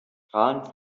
strahlend